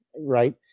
right